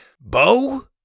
Bo